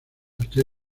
hasta